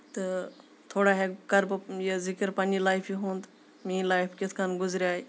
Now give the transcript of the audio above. تہٕ تھوڑا کرٕ بہٕ ذکِر پَنٕنہِ لایفہِ ہُنٛد میٲنۍ لایف کِتھ کٔنۍ گُزرے